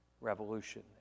revolution